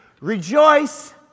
Rejoice